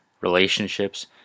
relationships